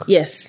Yes